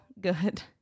good